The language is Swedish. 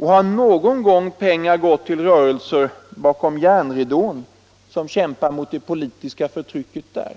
Har någon gång pengar gått till rörelser bakom järnridån som kämpar mot det politiska förtrycket där?